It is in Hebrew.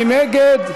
מי נגד?